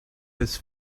his